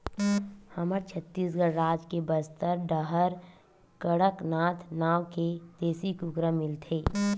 हमर छत्तीसगढ़ राज के बस्तर डाहर कड़कनाथ नाँव के देसी कुकरा मिलथे